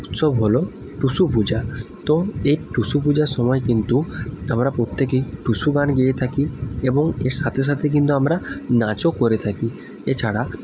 উৎসব হলো টুসু পূজা তো এই টুসু পূজার সময় কিন্তু আমরা প্রত্যেকেই টুসু গান গেয়ে থাকি এবং এর সাথে সাথে কিন্তু আমরা নাচও করে থাকি এছাড়া